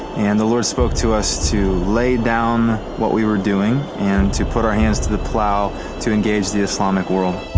and the lord spoke to us to lay down what we were doing and to put our hands to the plow and engage the islamic world.